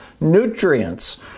nutrients